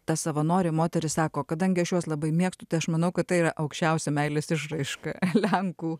ta savanorė moteris sako kadangi aš juos labai mėgstu tai aš manau kad tai yra aukščiausia meilės išraiška lenkų